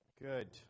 Good